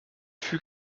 fut